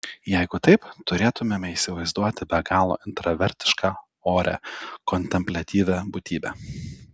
jeigu taip turėtumėme įsivaizduoti be galo intravertišką orią kontempliatyvią būtybę